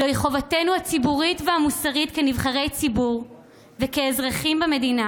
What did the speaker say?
זוהי חובתנו הציבורית והמוסרית כנבחרי ציבור וכאזרחים במדינה